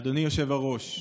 אדוני היושב-ראש,